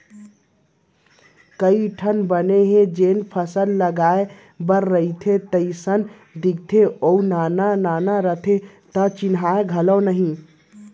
कइ ठन बन ह जेन फसल लगाय रइबे तइसने दिखते अउ नान नान रथे त चिन्हावय घलौ नइ